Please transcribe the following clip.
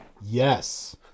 Yes